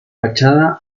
fachada